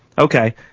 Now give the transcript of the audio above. okay